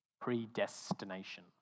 Predestination